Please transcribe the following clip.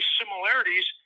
similarities